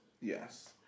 Yes